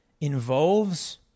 involves